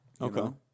Okay